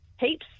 Heaps